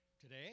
today